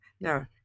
no